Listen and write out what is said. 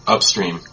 Upstream